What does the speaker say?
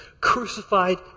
crucified